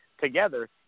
together